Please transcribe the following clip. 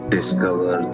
Discover